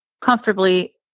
comfortably